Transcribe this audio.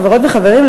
חברות וחברים,